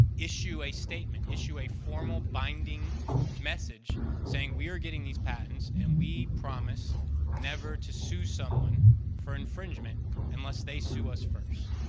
issue a statement, issue a formal binding message saying we are getting these patents and we promise never to sue someone for infringement unless they sue us first.